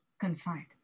confined